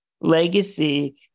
legacy